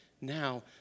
now